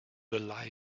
the